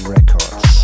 Records